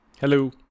Hello